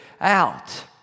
out